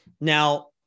Now